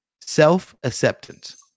self-acceptance